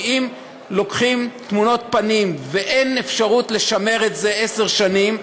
כי אם לוקחים תמונות פנים ואין אפשרות לשמר את זה עשר שנים,